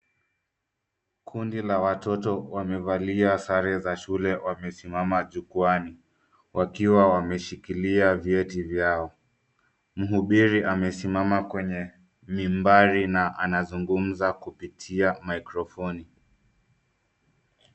Kundi la watoto wamevalia sare za shule wamesimama jukwani wakiwa wameshikilia vyeti vyao mhubiri amesimama kwenye limbari na anazungumza kupitia mikrofoni.